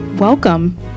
Welcome